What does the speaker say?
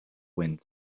wind